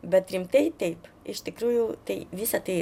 bet rimtai taip iš tikrųjų tai visa tai